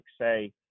say